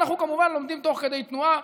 אנחנו, כמובן, לומדים תוך כדי תנועה.